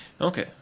Okay